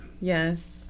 Yes